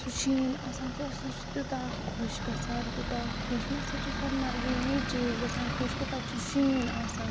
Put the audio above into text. سُہ شیٖن آسان سُہ ہَسا چھُ تیٛوٗتاہ خۄش گَژھان تیٛوٗتاہ خۄش مےٚ ہَسا چھُ سۄنہٕ مَرگہِ یی چیٖز گژھان خۄش کہِ تَتہِ چھُ شیٖن آسان